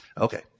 Okay